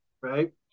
right